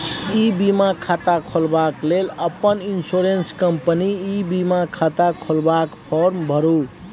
इ बीमा खाता खोलबाक लेल अपन इन्स्योरेन्स कंपनीक ई बीमा खाता खोलबाक फार्म भरु